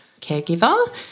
caregiver